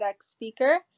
speaker